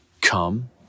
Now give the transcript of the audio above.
Come